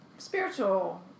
spiritual